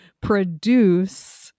produce